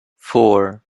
four